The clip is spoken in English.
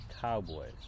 cowboys